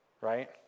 right